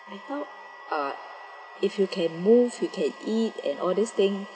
I thought ah if you can move you can eat and all these thing